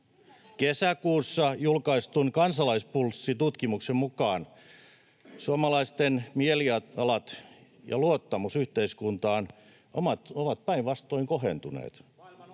Kesäkuussa julkaistun Kansalaispulssi-tutkimuksen mukaan suomalaisten mielialat ja luottamus yhteiskuntaan ovat päinvastoin kohentuneet.